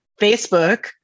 Facebook